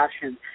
passion